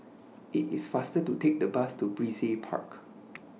IT IS faster to Take The Bus to Brizay Park